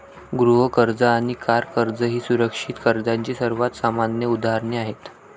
गृह कर्ज आणि कार कर्ज ही सुरक्षित कर्जाची सर्वात सामान्य उदाहरणे आहेत